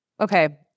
Okay